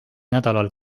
nädalal